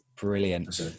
brilliant